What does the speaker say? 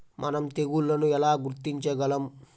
మనం తెగుళ్లను ఎలా గుర్తించగలం?